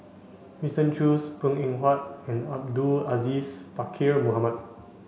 Winston Choos Png Eng Huat and Abdul Aziz Pakkeer Mohamed